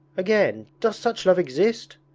again, does such love exist?